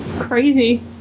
crazy